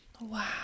Wow